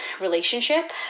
relationship